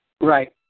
Right